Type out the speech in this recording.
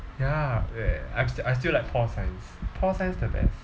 ya I still I still like pol science pol science the best